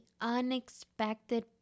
unexpected